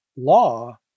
law